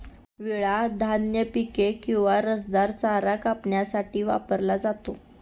विळा धान्य पिके किंवा रसदार चारा कापण्यासाठी वापरला जातो